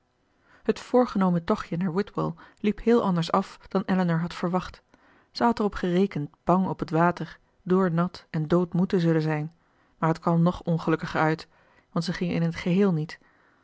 het voorgenomen tochtje naar whitwell liep heel anders af dan elinor had verwacht zij had erop gerekend bang op het water doornat en doodmoe te te zullen zijn maar het kwam nog ongelukkiger uit want zij gingen in het geheel niet